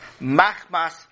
machmas